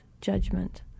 judgment